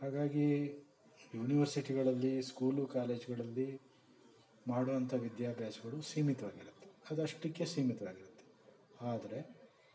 ಹಾಗಾಗಿ ಯುನಿವರ್ಸಿಟಿಗಳಲ್ಲಿ ಸ್ಕೂಲು ಕಾಲೇಜ್ಗಳಲ್ಲಿ ಮಾಡುವಂಥ ವಿದ್ಯಾಭ್ಯಾಸಗಳು ಸೀಮಿತವಾಗಿರತ್ತೆ ಅದಷ್ಟಕ್ಕೇ ಸೀಮಿತವಾಗಿರತ್ತೆ ಆದರೆ